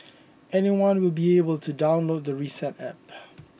anyone will be able to download the Reset App